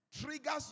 triggers